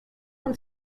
und